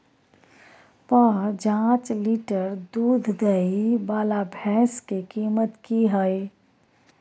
प जॉंच लीटर दूध दैय वाला भैंस के कीमत की हय?